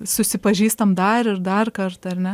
susipažįstam dar ir darkart ar ne